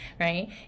right